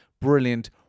brilliant